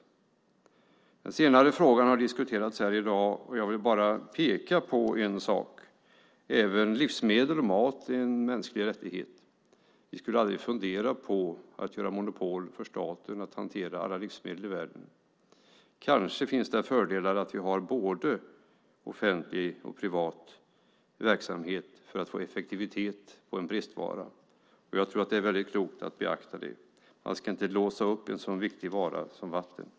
Den senare frågan har diskuterats här i dag, och jag vill bara peka på en sak. Även livsmedel och mat är en mänsklig rättighet. Vi skulle aldrig fundera på att ge staten monopol att hantera alla livsmedel i världen. Kanske finns det fördelar att vi har både offentlig och privat verksamhet för att få effektivitet i fråga om en bristvara. Jag tror att det är väldigt klokt att beakta det. Man ska inte låsa upp en så viktig vara som vatten.